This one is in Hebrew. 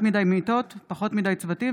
השלכות רפורמת הכשרות ופגיעתה במצבת העובדים,